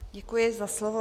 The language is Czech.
Děkuji za slovo.